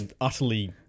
utterly